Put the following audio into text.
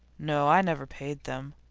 no. i've never paid them,